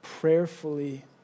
prayerfully